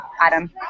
Adam